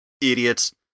idiots